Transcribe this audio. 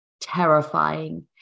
terrifying